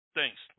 Thanks